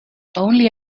only